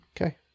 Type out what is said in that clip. okay